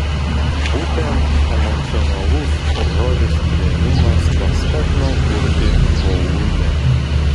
būtent emocionalus rožės priėmimas paskatino kurti voluinę